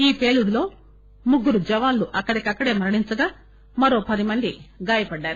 ఈ పేలుడులో ముగ్గురు జవాన్లు అక్కడికక్కడే మరణించగా మరో పది మంది గాయపడ్డారు